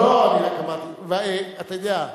לא לא, אני רק אמרתי, אתה יודע,